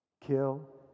Kill